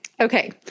okay